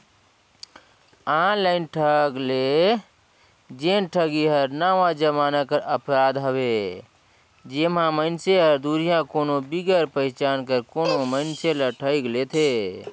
online ढंग ले जेन ठगी हर नावा जमाना कर अपराध हवे जेम्हां मइनसे हर दुरिहां कोनो बिगर पहिचान कर कोनो मइनसे ल ठइग लेथे